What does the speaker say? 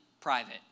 private